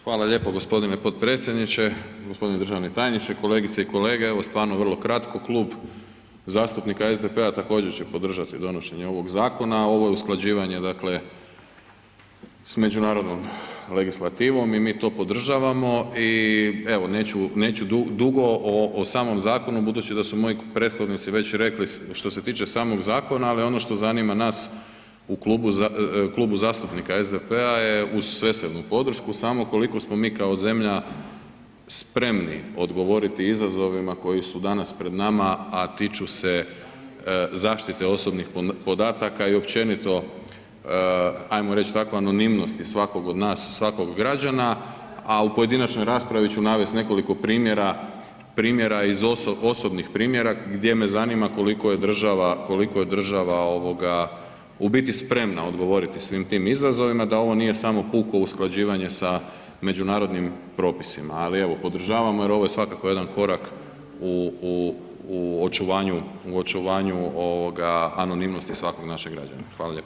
Hvala lijepo g. potpredsjedniče, g. državni tajniče, kolegice i kolege, evo stvarno vrlo kratko, Klub zastupnika SDP-a također će podržati donošenje ovog zakona, ovo je usklađivanje dakle s međunarodnom legislativom i mi to podržavamo i evo neću, neću dugo o samom zakonom budući da su moji prethodnici već rekli što se tiče samog zakona, ali ono što zanima nas u Klubu zastupnika SDP-a je uz svesrdnu podršku samo koliko smo mi kao zemlja spremni odgovoriti izazovima koji su danas pred nama, a tiču se zaštite osobnih podataka i općenito ajmo reć tako anonimnosti svakog od nas, svakog građana, a u pojedinačnoj raspravi ću navest nekoliko primjera, primjera iz, osobnih primjera gdje me zanima koliko je država, koliko je država ovoga u biti spremna odgovoriti svim tim izazovima, da ovo nije samo puko usklađivanje sa međunarodnim propisima, ali evo podržavamo jer ovo je svakako jedan korak u, u, u očuvanju, u očuvanju ovoga anonimnosti svakog našeg građanina.